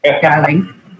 darling